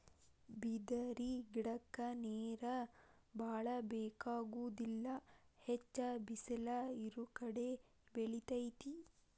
ಬಿದಿರ ಗಿಡಕ್ಕ ನೇರ ಬಾಳ ಬೆಕಾಗುದಿಲ್ಲಾ ಹೆಚ್ಚ ಬಿಸಲ ಇರುಕಡೆ ಬೆಳಿತೆತಿ